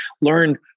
Learn